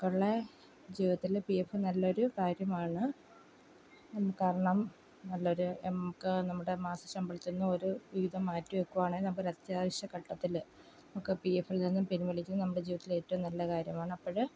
നമുക്കുള്ള ജീവിതത്തിൽ P F നല്ലൊരു കാര്യമാണ് കാരണം നല്ലൊരു നമുക്ക് നമ്മുടെ മാസശമ്പളത്തിൽനിന്ന് ഒരു വിഹിതം മാറ്റിവെക്കുകയാണെങ്കിൽ നമുക്കൊരത്യാവശ്യ ഘട്ടത്തിൽ നമുക്ക് പി എഫിൽ നിന്നും പിൻവലിച്ച് നമ്മുടെ ജീവിതത്തിലെ ഏറ്റവും നല്ല കാര്യമാണ് അപ്പോൾ